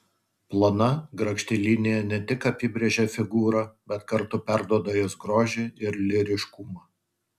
plona grakšti linija ne tik apibrėžia figūrą bet kartu perduoda jos grožį ir lyriškumą